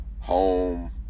Home